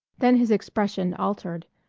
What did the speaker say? then his expression altered,